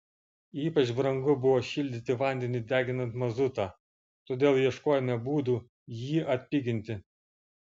ypač brangu buvo šildyti vandenį deginant mazutą todėl ieškojome būdų jį atpiginti